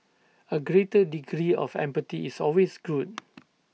A greater degree of empathy is always good